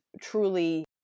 truly